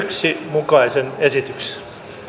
mukaisen esityksen